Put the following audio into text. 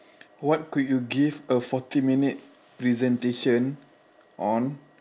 what could you give a forty minute presentation on